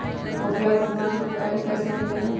उपलब्ध बीमा के जानकारी कैसे मिलेलु?